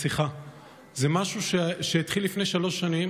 זה משהו שהתחיל לפני שלוש שנים